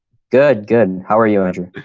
good, good. how are you doing?